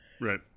Right